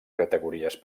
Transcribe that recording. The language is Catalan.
categories